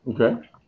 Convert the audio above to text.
okay